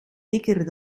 dikker